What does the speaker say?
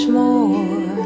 more